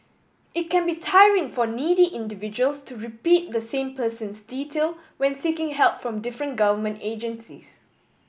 it can be tiring for needy individuals to repeat the same persons detail when seeking help from different government agencies